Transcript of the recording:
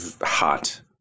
hot